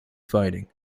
fighting